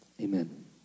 Amen